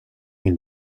une